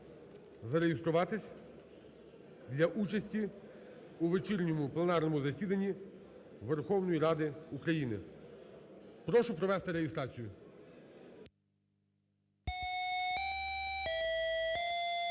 зареєструватись для участі у вечірньому пленарному засіданні Верховної Ради України. Прошу провести реєстрацію.